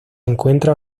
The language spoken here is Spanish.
encuentra